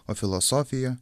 o filosofija